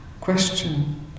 question